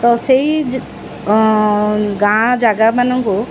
ତ ସେଇ ଗାଁ ଜାଗାମାନଙ୍କୁ